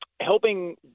helping